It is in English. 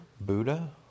Buddha